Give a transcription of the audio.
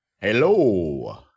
Hello